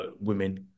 women